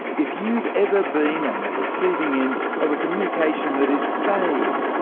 if you've ever been on the receiving end of a communication that is vague,